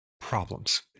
problems